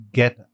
get